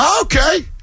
Okay